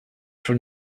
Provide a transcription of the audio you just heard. for